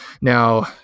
Now